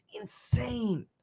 insane